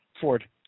Ford